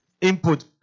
input